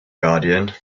guardian